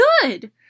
good